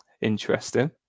interesting